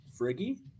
Friggy